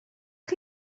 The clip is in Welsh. chi